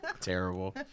Terrible